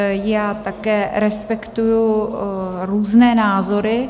Já také respektuji různé názory.